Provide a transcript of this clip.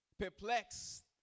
perplexed